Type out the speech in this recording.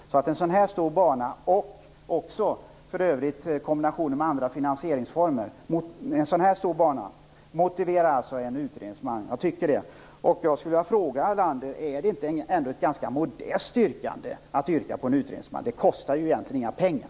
Ett så här stort projekt, och för övrigt också kombinationen med andra finansieringsformer, motiverar alltså en utredningsman. Jag skulle vilka fråga Jarl Lander: Är det ändå inte ganska modest att yrka på en utredningsman? Det kostar ju egentligen inga pengar.